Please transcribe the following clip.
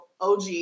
OG